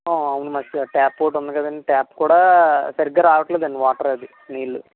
అవును మర్చిపోయా ట్యాప్ ఒకటి ఉంది కదండి ట్యాప్ కూడా సరిగా రావట్లేదండి వాటర్ అది నీళ్ళు